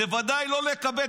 בוודאי לא לקבל,